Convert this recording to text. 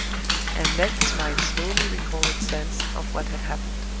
and let his mind slowly recall its sense of what had happened.